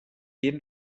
jeden